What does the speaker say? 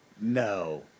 No